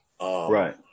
right